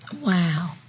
Wow